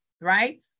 right